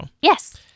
Yes